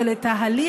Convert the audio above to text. אבל את ההליך,